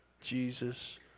Jesus